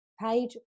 page